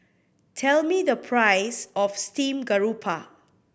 tell me the price of steamed garoupa